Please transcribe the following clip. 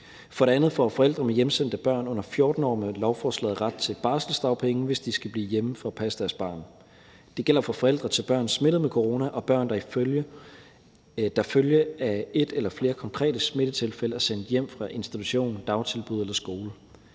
For det andet får forældre med hjemsendte børn under 14 år med lovforslaget ret til barselsdagpenge, hvis de skal blive hjemme for at passe deres barn. Det gælder for forældre til børn smittet med corona og børn, der som følge af et eller flere konkrete smittetilfælde er sendt hjem fra institution, dagtilbud eller skole.